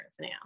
now